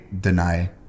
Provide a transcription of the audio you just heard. deny